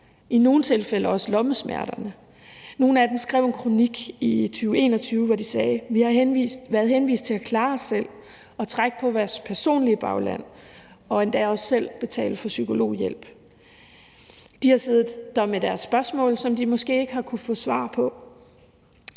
i nogle tilfælde også lommesmerterne. Nogle af dem skrev en kronik i 2021, hvor de sagde: Vi har været henvist til at klare os selv og trække på vores personlige bagland og endda også selv betale for psykologhjælp. De har siddet med deres spørgsmål, som de måske ikke har kunnet få svar på.